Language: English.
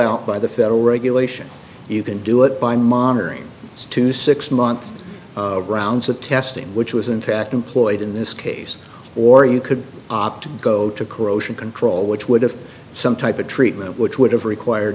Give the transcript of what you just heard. out by the federal regulation you can do it by monitoring two six month rounds of testing which was in fact employed in this case or you could opt to go to corrosion control which would have some type of treatment which would have required